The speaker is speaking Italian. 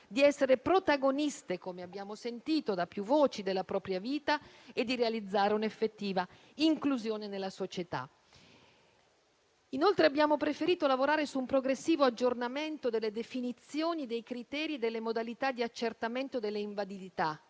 di essere protagoniste - come abbiamo sentito da più voci - della propria vita e di realizzare un'effettiva inclusione nella società. Inoltre, abbiamo preferito lavorare su un progressivo aggiornamento delle definizioni, dei criteri e delle modalità di accertamento dell'invalidità